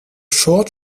short